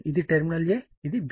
ఇది terminal A మరియు ఇది B